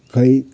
खै